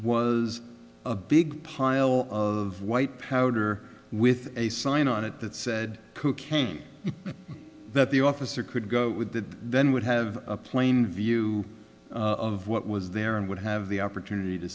was a big pile of white powder with a sign on it that said cocaine that the officer could go with that then would have a plain view of what was there and would have the opportunity to